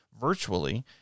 virtually